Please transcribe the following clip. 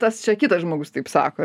tas čia kitas žmogus taip sako